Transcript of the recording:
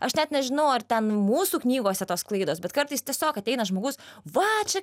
aš net nežinau ar ten mūsų knygose tos klaidos bet kartais tiesiog ateina žmogus va čia